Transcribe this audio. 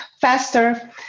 faster